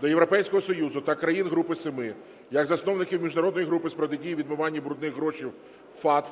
до Європейського Союзу та країн Групи Семи, як засновників Міжнародної групи з протидії відмиванню брудних грошей (FATF)